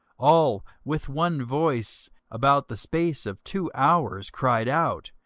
all with one voice about the space of two hours cried out,